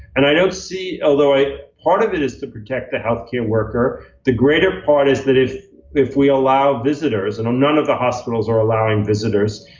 and i don't see, although i, part of it is to protect the healthcare worker, the greater part is that is if we allow visitors, and none of the hospitals are allowing visitors,